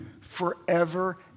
forever